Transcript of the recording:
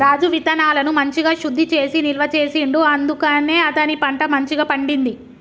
రాజు విత్తనాలను మంచిగ శుద్ధి చేసి నిల్వ చేసిండు అందుకనే అతని పంట మంచిగ పండింది